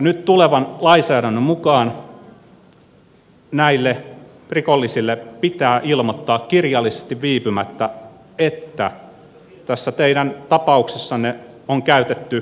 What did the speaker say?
nyt tulevan lainsäädännön mukaan näille rikollisille pitää ilmoittaa kirjallisesti viipymättä että tässä teidän tapauksessanne on käytetty tiedottajatoimintaa